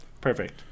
Perfect